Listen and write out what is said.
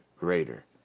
greater